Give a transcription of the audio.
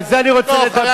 על זה אני רוצה לדבר,